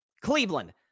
Cleveland